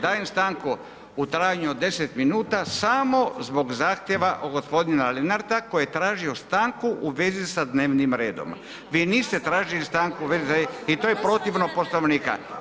Dajem stanku u trajanju od 10 minuta samo zbog zahtjeva g. Lenarta koji je tražio stanku u vezi sa dnevnim redom, vi niste tražili stanku ... i to je protivno Poslovnika.